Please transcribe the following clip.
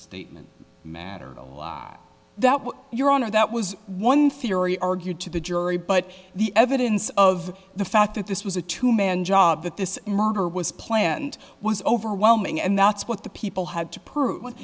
statement matter that what your honor that was one theory argued to the jury but the evidence of the fact that this was a two man job that this murder was planned was overwhelming and that's what the people had to prove